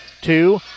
two